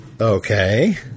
Okay